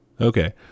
Okay